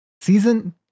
Season